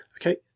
okay